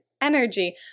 energy